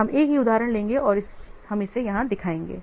हम एक ही उदाहरण लेंगे और हम इसे यहां दिखाएंगे